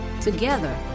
Together